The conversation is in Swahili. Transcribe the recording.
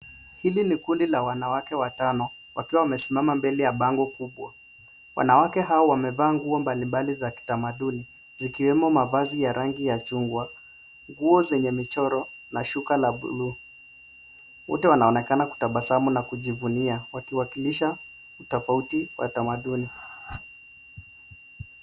Hili ni kundi la wanawake watano wakiwa wamesimama mbele ya bango kubwa. Wanawake hawa wamevaa nguo mbali mbali za kitamaduni, zikiwemo mavazi ya rangi ya chungwa, nguo zenye michoro, na shuka la buluu. Wote wanaonekana kutabasamu na kujivunia wakiwakilisha utofauti wa tamaduni.